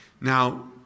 Now